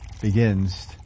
begins